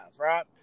right